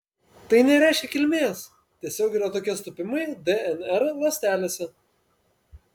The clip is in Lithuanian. tai nereiškia kilmės tiesiog yra tokie sutapimai dnr ląstelėse